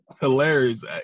Hilarious